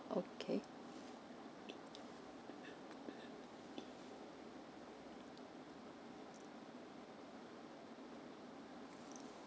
okay